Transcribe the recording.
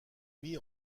mis